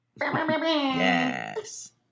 Yes